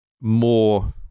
more